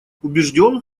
убежден